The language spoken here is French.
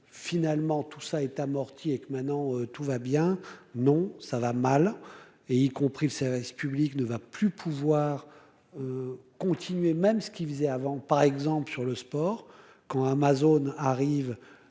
finalement tout ça est amorti et que maintenant tout va bien, non, ça va mal, et y compris le service public ne va plus pouvoir continuer, même ceux qui faisaient avant, par exemple sur le sport quand Amazon arrive,